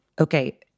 Okay